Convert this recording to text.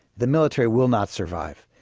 the military will not survive,